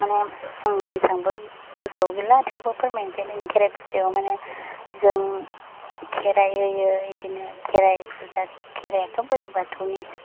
माने आं एसेबांबो गोसोआव गैला थेवबो फोरमायनोसै दिनै खेराइ फुजायाव माने जों खेराइ होयो बिदिनो खेराइ फुजा खेरायाथ' बोलि बाथौनि